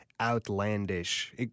outlandish